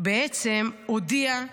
בעצם הודיעה,